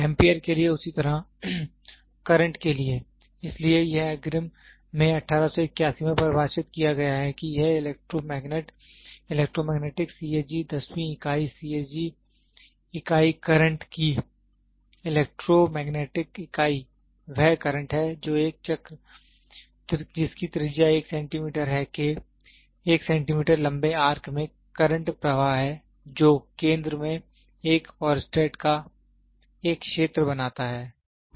ampere के लिए उसी तरह करंट के लिए इसलिए यह अग्रिम में 1881 में परिभाषित किया गया है कि यह इलेक्ट्रोमैग्नेट इलेक्ट्रोमैग्नेटिक CSG दसवीं इकाई CSG इकाई करंट की इलेक्ट्रोमैग्नेटिक इकाई वह करंट है जो एक चक्र जिसकी त्रिज्या 1 सेंटीमीटर है के 1 सेंटीमीटर लंबे आर्क में करंट प्रवाह है जो केंद्र में एक ओरेस्टेड का एक क्षेत्र बनाता है